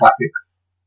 classics